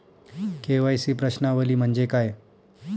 KYC प्रश्नावली म्हणजे काय?